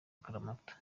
akaramata